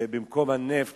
ובמקום הנפט